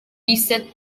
reset